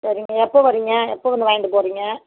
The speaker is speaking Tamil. சரிங்க எப்போ வரிங்க எப்போ வந்து வாங்கிட்டு போகிறீங்க